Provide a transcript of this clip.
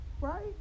right